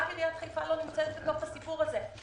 רק עיריית חיפה לא נמצאת בסיפור הזה.